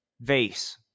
vase